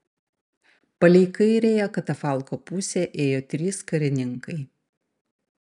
palei kairiąją katafalko pusę ėjo trys karininkai